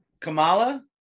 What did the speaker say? Kamala